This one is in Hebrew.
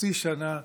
חצי שנה,